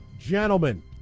Gentlemen